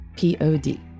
Pod